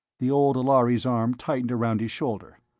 the old lhari's arm tightened around his shoulder.